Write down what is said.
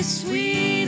sweet